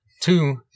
Two